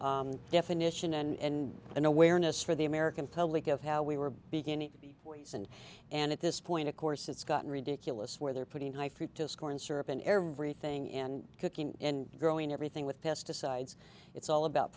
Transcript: definitive definition and an awareness for the american public of how we were beginning to be poisoned and at this point of course it's gotten ridiculous where they're putting high fructose corn syrup in everything and cooking and growing everything with pesticides it's all about